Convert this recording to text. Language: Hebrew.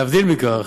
להבדיל מכך,